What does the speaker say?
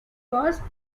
was